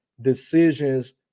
decisions